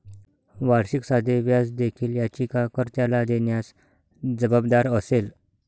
वार्षिक साधे व्याज देखील याचिका कर्त्याला देण्यास जबाबदार असेल